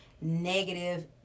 negative